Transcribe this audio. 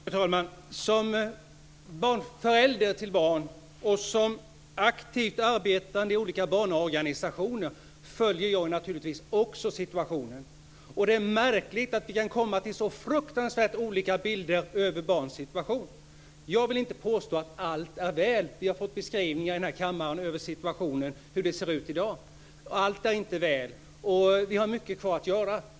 Fru talman! Som förälder till barn och som aktivt arbetande i olika barnorganisationer följer jag naturligtvis också situationen. Det är märkligt att vi kan komma fram till så fruktansvärt olika bilder av barns situation. Jag vill inte påstå att allt är väl. Vi har fått beskrivningar i denna kammare av situationen och hur det ser ut i dag, och allt är inte väl. Vi har mycket kvar att göra.